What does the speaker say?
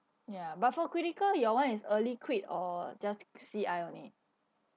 ya but for critical your one is early crit or just C_I only